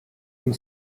and